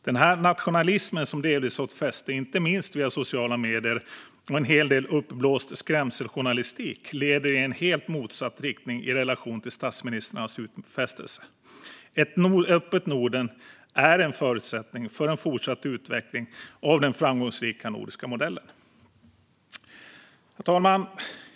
Den nationalism som delvis fått fäste, inte minst via sociala medier och en hel del uppblåst skrämseljournalistik, leder i en helt motsatt riktning i relation till statsministrarnas utfästelse. Ett öppet Norden är en förutsättning för en fortsatt utveckling av den framgångsrika nordiska modellen. Herr talman!